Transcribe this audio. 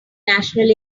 national